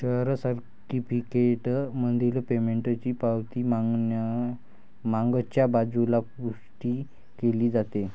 share certificate मधील पेमेंटची पावती मागच्या बाजूला पुष्टी केली जाते